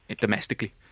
domestically